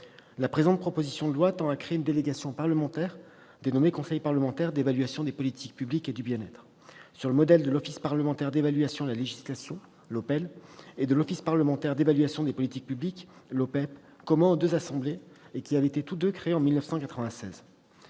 La présente proposition de loi tend à créer une délégation parlementaire dénommée « conseil parlementaire d'évaluation des politiques publiques et du bien-être », sur le modèle de l'Office parlementaire d'évaluation de la législation, l'OPEL, et de l'Office parlementaire d'évaluation des politiques publiques, l'OPEPP, communs aux deux assemblées et tous deux créés en 1996.